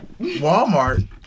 Walmart